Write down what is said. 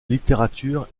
littérature